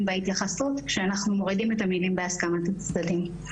בהתייחסות לזה שאנחנו מורידים את המילים "בהסכמת הצדדים".